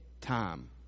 time